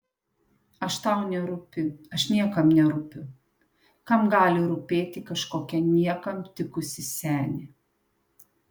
aš tau nerūpiu aš niekam nerūpiu kam gali rūpėti kažkokia niekam tikusi senė